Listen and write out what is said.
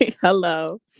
hello